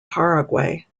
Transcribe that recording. paraguay